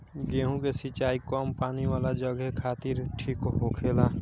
गेंहु के सिंचाई कम पानी वाला जघे खातिर ठीक होखेला